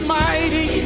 mighty